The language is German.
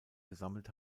gesammelt